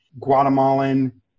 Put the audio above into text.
Guatemalan